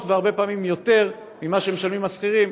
והרבה פעמים יותר ממה שמשלמים השכירים.